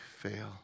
fail